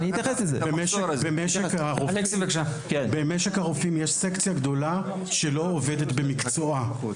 במשק הרופאים יש סקציה גדולה שלא עובדת במקצועה.